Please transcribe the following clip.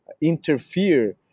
interfere